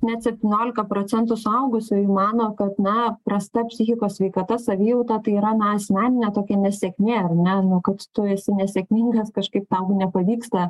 net septyniolika procentų suaugusiųjų mano kad na prasta psichikos sveikata savijauta tai yra na asmeninė tokia nesėkmė ar ne nu kad tu esi nesėkmingas kažkaip tau nepavyksta